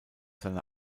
seine